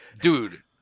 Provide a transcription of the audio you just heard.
dude